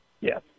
Yes